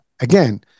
again